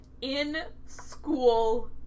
in-school